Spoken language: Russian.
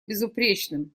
безупречным